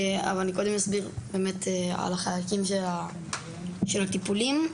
אסביר באמת על החלקים של הטיפולים.